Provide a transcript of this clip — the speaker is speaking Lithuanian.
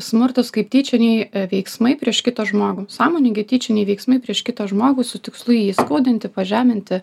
smurtus kaip tyčiniai veiksmai prieš kitą žmogų sąmoningi tyčiniai veiksmai prieš kitą žmogų su tikslu jį įskaudinti pažeminti